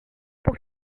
pour